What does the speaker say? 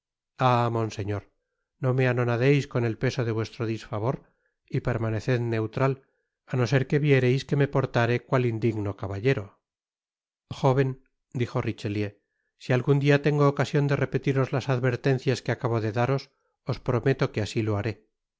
monseñor no me anonadeis con el peso de vuestro disfavor y permaneced neutral á no ser que viereis que me portare cuál indigno caballero jóven dijo richetieu si algun dia tengo ocasion de repetiros las advertencias que acabo de daros os prometo que asi lo haré